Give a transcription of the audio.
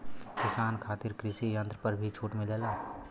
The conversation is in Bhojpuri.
किसान खातिर कृषि यंत्र पर भी छूट मिलेला?